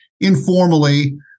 informally